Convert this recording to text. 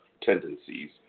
tendencies